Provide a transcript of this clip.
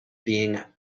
being